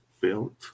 built